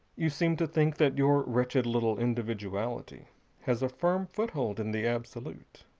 you seem to think that your wretched little individuality has a firm foothold in the absolute.